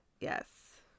Yes